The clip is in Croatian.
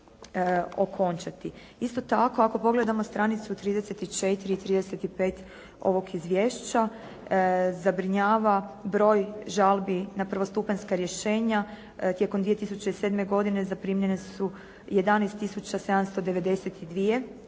Isto tako ako pogledamo stranicu 34 i 35 ovog izvješća, zabrinjava broj žalbi na prvostupanjska rješenja tijekom 2007. godine zaprimljene su 11 792